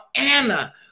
Anna